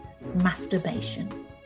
masturbation